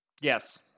Yes